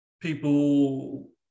people